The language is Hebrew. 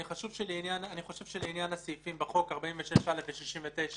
אני חושב שלעניין הסעיפים בחוק, 46(א) ו-69,